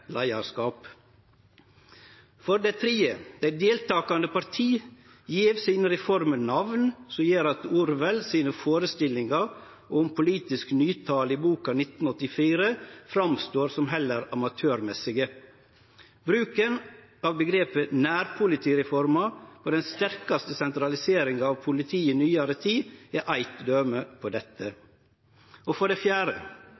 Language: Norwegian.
leiarskap. For det tredje: Dei deltakande partia gjev sine reformer namn som gjer at Orwells sine førestillingar om politisk nytale i boka 1984 framstår som heller amatørmessige. Bruken av omgrepet «nærpolitireforma» om den sterkaste sentraliseringa av politiet i nyare tid er eit døme på dette. For det fjerde: